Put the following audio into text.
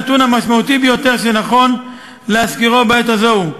הנתון המשמעותי ביותר שנכון להזכירו בעת הזו הוא: